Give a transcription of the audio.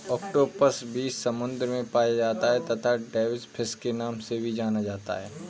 octopus भी समुद्र में पाया जाता है तथा डेविस फिश के नाम से जाना जाता है